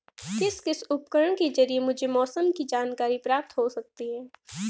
किस किस उपकरण के ज़रिए मुझे मौसम की जानकारी प्राप्त हो सकती है?